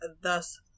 thus